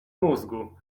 mózgu